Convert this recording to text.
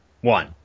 one